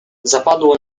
zapadło